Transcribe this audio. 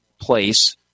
place